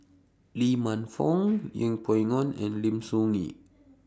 Lee Man Fong Yeng Pway Ngon and Lim Soo Ngee